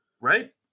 Right